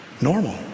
normal